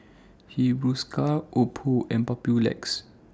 Hiruscar Oppo and Papulex